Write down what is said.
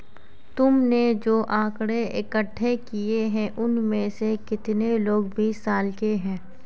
तुमने जो आकड़ें इकट्ठे किए हैं, उनमें से कितने लोग बीस साल के हैं?